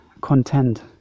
content